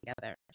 together